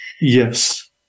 Yes